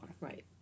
Right